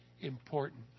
important